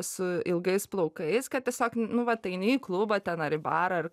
su ilgais plaukais kad tiesiog nu vat eini į klubą ten ar į barą ar